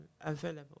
available